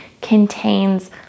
contains